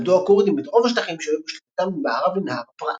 איבדו הכורדים את רוב השטחים שהיו בשליטתם ממערב לנהר הפרת.